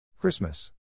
Christmas